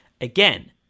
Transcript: Again